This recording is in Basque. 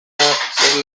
zer